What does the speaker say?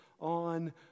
on